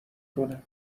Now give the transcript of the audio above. کنه